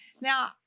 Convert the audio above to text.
Now